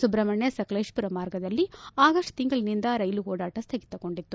ಸುಬ್ರಷ್ಣಣ್ಣ ಸಕಲೇಶಪುರ ಮಾರ್ಗದಲ್ಲಿ ಆಗಸ್ಟ್ ತಿಂಗಳನಿಂದ ರೈಲು ಓಡಾಟ ಸ್ವಗಿತಗೊಂಡಿತ್ತು